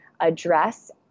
address